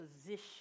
position